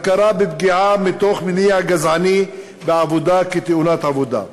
הכרה בפגיעה מתוך מניע גזעני בעבודה כתאונת עבודה,